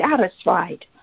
satisfied